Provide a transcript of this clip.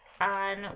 on